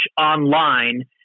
online